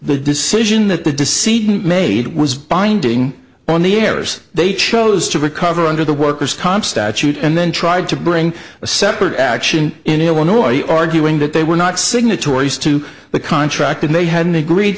the decision that the decision made was binding on the heirs they chose to recover under the worker's comp statute and then tried to bring a separate action in illinois arguing that they were not signatories to the contract and they hadn't agreed